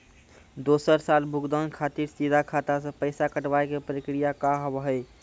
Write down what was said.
दोसर साल भुगतान खातिर सीधा खाता से पैसा कटवाए के प्रक्रिया का हाव हई?